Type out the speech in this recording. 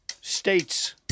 states